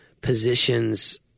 positions